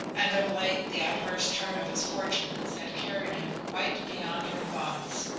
and of late the adverse turn of his fortunes had carried him quite beyond her thoughts.